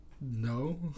No